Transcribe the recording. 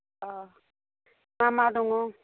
अह मा मा दङ